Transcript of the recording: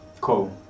Cool